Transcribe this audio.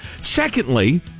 Secondly